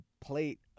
plate